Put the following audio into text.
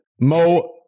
Mo